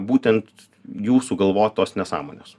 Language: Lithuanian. būtent jų sugalvotos nesąmonės